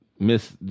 Miss